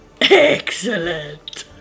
Excellent